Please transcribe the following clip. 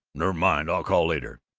nev' mind i'll call later,